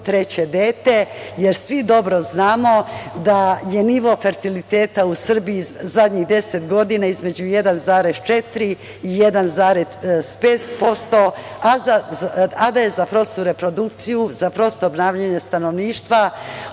treće dete, jer svi dobro znamo da je nivo fertiliteta u Srbiji zadnjih deset godina između 1,4% i 1,5%, a da je za prostu reprodukciju, za prosto obnavljanje stanovništva